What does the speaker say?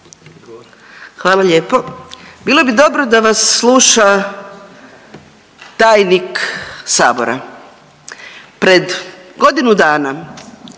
Hvala lijepo. Bilo bi dobro da vas sluša tajnik Sabora. Pred godinu dana